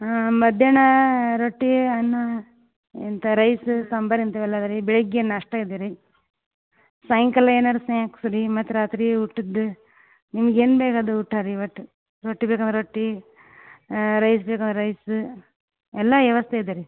ಹಾಂ ಮಧ್ಯಾಹ್ನ ರೊಟ್ಟಿ ಅನ್ನ ಎಂಥ ರೈಸ್ ಸಂಬಾರ್ ಇಂಥವು ಎಲ್ಲ ಅದ್ದೆ ರೀ ಬೆಳಿಗ್ಗೆ ನಾಷ್ಟ ಇದೆ ರೀ ಸಾಯಂಕಾಲ ಏನಾರು ಸ್ನ್ಯಾಕ್ಸ್ ರೀ ಮತ್ತೆ ರಾತ್ರಿ ಊಟದ್ದು ನಿಮ್ಗೆ ಏನು ಬೇಕದೆ ಊಟ ರೀ ಒಟ್ಟು ರೊಟ್ಟಿ ಬೇಕಂದ್ರ ರೊಟ್ಟಿ ರೈಸ್ ಬೇಕಂದರೆ ರೈಸ್ ಎಲ್ಲ ವ್ಯವಸ್ಥೆ ಇದೆ ರೀ